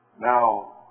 Now